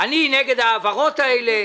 אני "נגד" ההעברות האלה,